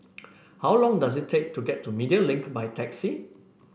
how long does it take to get to Media Link by taxi